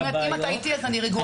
מעולה, אם אתה איתי אז אני רגועה.